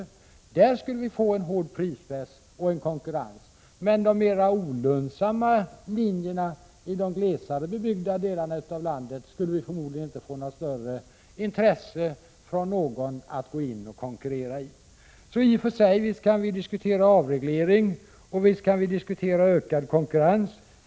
På dessa linjer skulle vi få en hård prispress, men de mera olönsamma linjerna till de glesare bebyggda delarna av landet skulle förmodligen ingen ha något större intresse av att konkurrera om. Visst kan vi diskutera avreglering och visst kan vi diskutera ökad konkurrens.